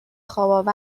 خواب